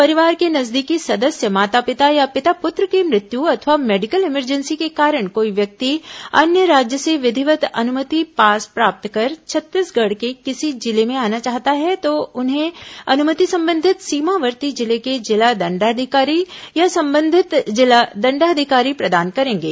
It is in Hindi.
परिवार के नजदीकी सदस्य माता पिता या पिता पुत्र की मृत्यु अथवा मेडिकल इमरजेंसी के कारण कोई व्यक्ति अन्य राज्य से विधिवत् अनुमति पास प्राप्त कर छत्तीसगढ़ के किसी जिले में आना चाहता है तो उन्हें अनुमति संबंधित सीमावर्ती जिले के जिला दंडाधिकारी या संबंधित जिला दंडाधिकारी प्रदान करेंगे